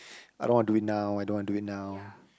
I don't want do it now I don't want do it now